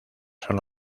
son